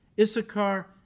Issachar